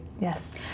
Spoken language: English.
Yes